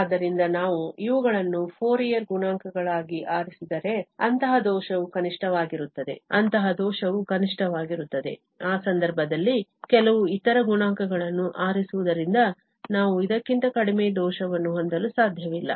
ಆದ್ದರಿಂದ ನಾವು ಇವುಗಳನ್ನು ಫೋರಿಯರ್ ಗುಣಾಂಕಗಳಾಗಿ ಆರಿಸಿದರೆ ಅಂತಹ ದೋಷವು ಕನಿಷ್ಠವಾಗಿರುತ್ತದೆ ಅಂತಹ ದೋಷವು ಕನಿಷ್ಠವಾಗಿರುತ್ತದೆ ಆ ಸಂದರ್ಭದಲ್ಲಿ ಕೆಲವು ಇತರ ಗುಣಾಂಕಗಳನ್ನು ಆರಿಸುವುದರಿಂದ ನಾವು ಇದಕ್ಕಿಂತ ಕಡಿಮೆ ದೋಷವನ್ನು ಹೊಂದಲು ಸಾಧ್ಯವಿಲ್ಲ